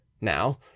Now